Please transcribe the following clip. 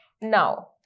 now